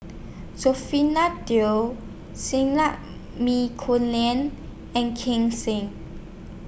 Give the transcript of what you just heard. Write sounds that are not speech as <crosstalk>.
<unintelligible> Teo <unintelligible> and Ken Sing